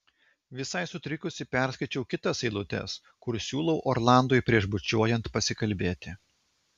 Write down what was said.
visai sutrikusi perskaičiau kitas eilutes kur siūlau orlandui prieš bučiuojant pasikalbėti